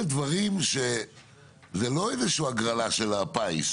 אלה דברים שזה לא איזושהי הגרלה של הפיס,